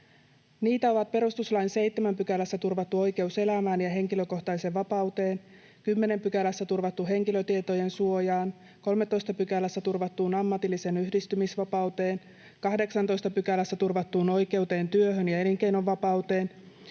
Niitä ovat perustuslain 7 §:ssä turvattu oikeus elämään ja henkilökohtaiseen vapauteen, 10 §:ssä turvattu oikeus henkilötietojen suojaan, 13 §:ssä turvattu oikeus ammatilliseen yhdistymisvapauteen, 18 §:ssä turvattu oikeus työhön ja elinkeinon vapauteen